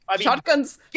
Shotguns